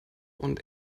und